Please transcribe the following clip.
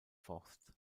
forst